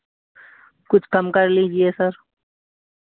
कुछ कम कर लीजिए सर